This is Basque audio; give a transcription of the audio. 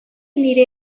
nire